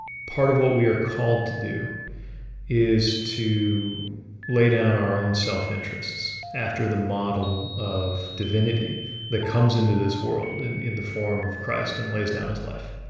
part of what we are called to do is to lay down our own self-interests after the model of divinity that comes into this world and in the form of christ and lays down his life.